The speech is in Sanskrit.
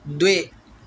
द्वे